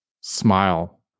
smile